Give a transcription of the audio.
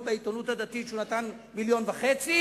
בעיתונות הדתית שהוא נתן מיליון וחצי,